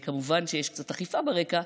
כמובן שיש קצת אכיפה ברקע,